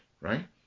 right